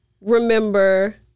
remember